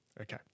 okay